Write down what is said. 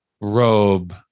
robe